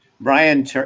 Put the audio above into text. Brian